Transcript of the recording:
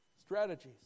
Strategies